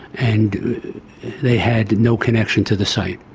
and they had no connection to the site.